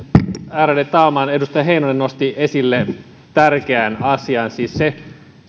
ärade talman edustaja heinonen nosti esille tärkeän asian siis sen